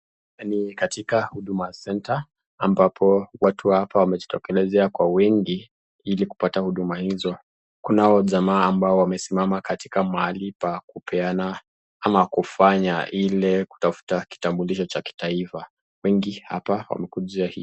Ni katika huduma center ambapo watu wa hapa wamejitokelezea kwa wingi hili kupata huduma izo, kunao jama ambao wamesimama katika mahali pa kupeana ama kufanya ile kutafta kutambulisho cha kitaifa wengi hapa wamekujia hii.